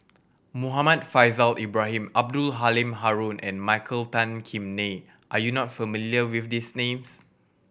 Muhammad Faishal Ibrahim Abdul Halim Haron and Michael Tan Kim Nei are you not familiar with these names